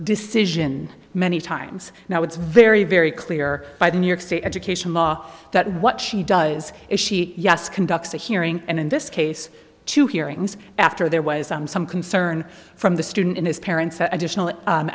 decision many times now it's very very clear by the new york state education law that what she does is she yes conducts a hearing and in this case two hearings after there was some some concern from the student and his parents that additional